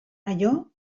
allò